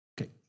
Okay